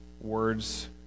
words